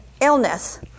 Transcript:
illness